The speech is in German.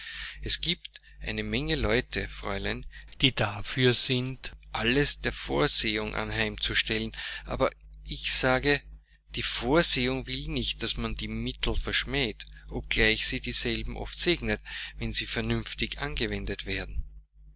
es giebt eine menge leute fräulein die dafür sind alles der vorsehung anheim zu stellen aber ich sage die vorsehung will nicht daß man die mittel verschmäht obgleich sie dieselben oft segnet wenn sie vernünftig angewendet werden